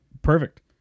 Perfect